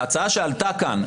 ההצעה שעלתה כאן,